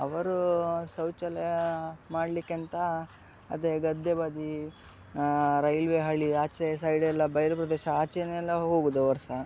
ಅವರು ಶೌಚಾಲಯ ಮಾಡಲಿಕ್ಕೆ ಅಂತ ಅದೇ ಗದ್ದೆ ಬದಿ ರೈಲ್ವೇ ಹಳಿ ಆಚೆ ಸೈಡೆಲ್ಲ ಬಯಲು ಪ್ರದೇಶ ಆಚೆಯೇ ಎಲ್ಲ ಹೋಗೋದು ಅವರು ಸಹಾ